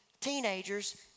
teenagers